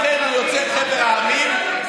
החבר'ה יוצאי חבר המדינות,